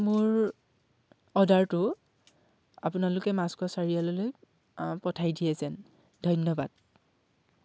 মোৰ অৰ্ডাৰটো আপোনালোকে মাছখোৱা চাৰিআলিলৈ পঠাই দিয়ে যেন ধন্যবাদ